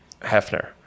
Hefner